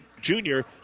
junior